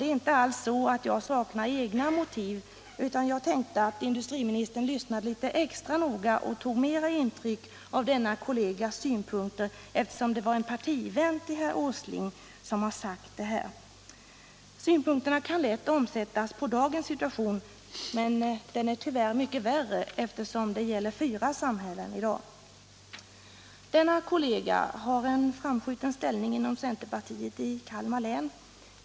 Det är inte alls så att jag saknar egna motiv, men jag tänkte att industriministern kanske lyssnade litet extra noga och tog mera intryck av denna kollegas synpunkter, eftersom det var en partivän till herr Åsling som sade detta. Synpunkterna kan lätt omsättas på dagens situation, som dock är mycket värre, eftersom det gäller fyra samhällen. Denna kollega har en framskjuten ställning inom centerpartiet i Kalmar län.